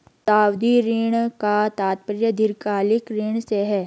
सावधि ऋण का तात्पर्य दीर्घकालिक ऋण से है